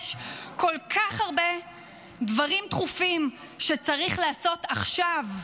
יש כל כך הרבה דברים דחופים שצריך לעשות עכשיו: